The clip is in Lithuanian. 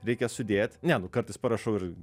reikia sudėt ne nu kartais parašau ir